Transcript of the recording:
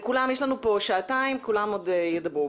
יש לנו כאן שעתיים וכולם ידברו.